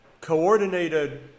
coordinated